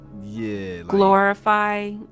glorify